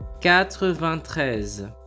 quatre-vingt-treize